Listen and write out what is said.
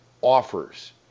offers